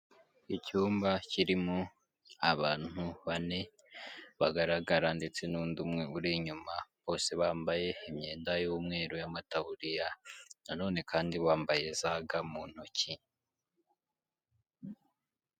Icyumba kirimo abantu bane, bagaragara ndetse n'undi umwe uri inyuma, bose bambaye imyenda y'umweru y'amataburiya, na none kandi wambaye za ga mu ntoki.